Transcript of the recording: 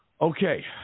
Okay